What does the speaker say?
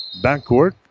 backcourt